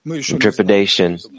trepidation